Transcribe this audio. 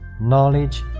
knowledge